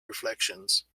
reflections